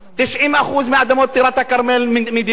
90% מאדמות טירת-כרמל, מדינה.